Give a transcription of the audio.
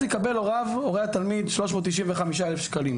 הורה התלמיד יקבל 395,000 שקלים